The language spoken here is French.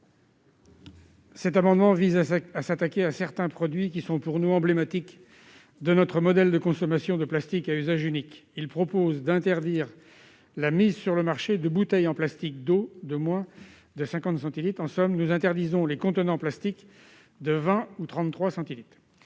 Cet amendement vise à s'attaquer à certains produits emblématiques, selon nous, de notre modèle de consommation de plastiques à usage unique. Il s'agit d'interdire la mise sur le marché de bouteilles d'eau en plastique de moins de 50 centilitres- en somme, nous interdisons les contenants plastiques de 20 ou 33